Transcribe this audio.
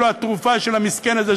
ואילו התרופה של המסכן הזה,